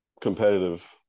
competitive